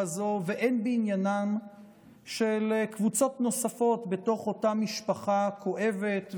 זאת והן בעניינן של קבוצות נוספות בתוך אותה משפחה כואבת.